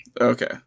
Okay